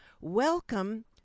Welcome